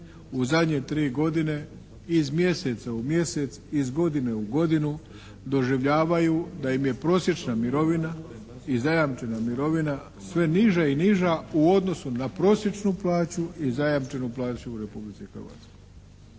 u zadnje tri godine iz mjeseca u mjesec, iz godine u godinu doživljavaju da im je prosječna mirovina i zajamčena mirovina sve niža i niža u odnosu na prosječnu plaću i zajamčenu plaću u Republici Hrvatskoj.